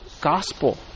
gospel